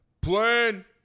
Plan